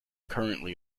currently